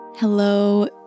Hello